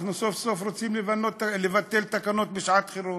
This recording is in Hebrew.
אנחנו סוף-סוף רוצים לבטל תקנות לשעת-חירום.